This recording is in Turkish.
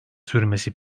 sürmesi